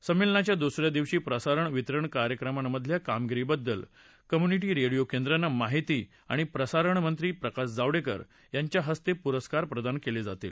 संमेलनाच्या दुस या दिवशी प्रसारण वितरण कार्यक्रमांमधल्या कामगिरीबद्दल कम्युनिटी रेडिओ केंद्रांना माहिती आणि प्रसारणमंत्री प्रकाश जावडेकर यांच्या हस्ते पुरस्कार प्रदान केले जातील